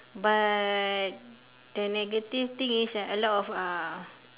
but the negative thing is a lot of uh